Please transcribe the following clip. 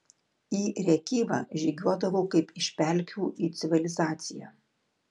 į rėkyvą žygiuodavau kaip iš pelkių į civilizaciją